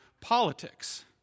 politics